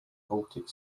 baltic